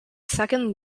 second